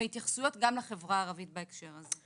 והתייחסויות גם לחברה הערבית בהקשר הזה.